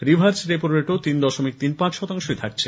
reverse রেপোরেটও তিন দশমিক তিনপাঁচ শতাংশই থাকছে